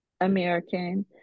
American